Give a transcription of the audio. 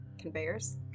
Conveyors